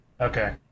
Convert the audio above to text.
Okay